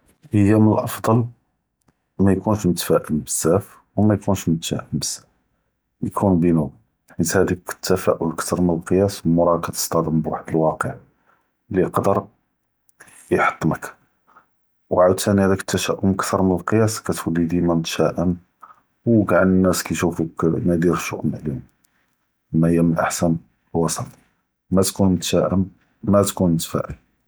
היא מן אלאפסן מא יכוןש מתאפ’ל בזאף ו מא יכוןש מתשא’ם בזאף, יכון בין ובין חית האדאכ אלתפאול כתר מן אלקיאס מוראה כאתסתעדם בחד אלוווקע’ אללי יقدر יח’טמק, ו עאוד תאני האדאכ אלתשא’ם כתר מן אלקיאס כאתולי דימא מתשא’ם ו כול אלאנאס כיישופוכ פדהאד אלשו’ם. פהי מן אלאחסן ווסט, מא תכון מתשא’ם מא תכון מתאפ’ל.